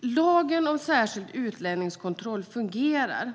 Lagen om särskild utlänningskontroll fungerar.